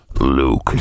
Luke